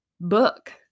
book